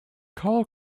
karl